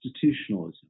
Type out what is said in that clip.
constitutionalism